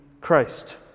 Christ